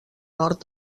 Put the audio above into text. nord